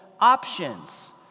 options